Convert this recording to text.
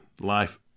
life